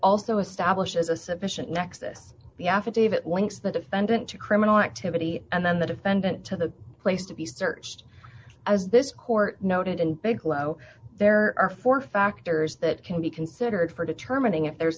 also establishes a sufficient nexus the affidavit links the defendant to criminal activity and then the defendant to the place to be searched as this court noted and big low there are four factors that can be considered for determining if there